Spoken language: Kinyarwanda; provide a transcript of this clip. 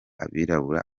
abirabura